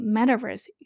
Metaverse